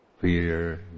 fear